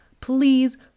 Please